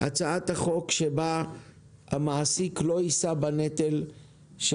הצעת חוק שבה המעסיק לא יישא בנטל של